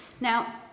Now